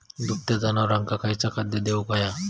दुभत्या जनावरांका खयचा खाद्य देऊक व्हया?